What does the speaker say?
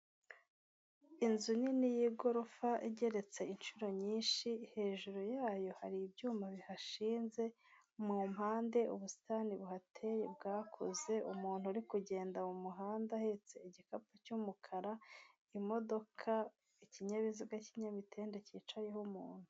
Inzu nini y'igorofa igeretse inshuro nyinshi, hejuru yayo hari ibyuma bihashinze mu mpande, ubusitani buhateye bwakuze, umuntu uri kugenda mu muhanda ahetse igikapu cy'umukara, imodoka, ikinyabiziga cy’ikinyamitende cyicayeho umuntu.